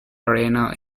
arena